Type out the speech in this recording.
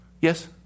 Yes